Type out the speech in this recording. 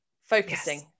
Focusing